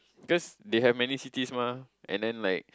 cause they have many cities mah and then like